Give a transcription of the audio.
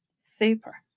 Super